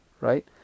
right